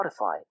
Spotify